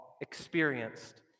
experienced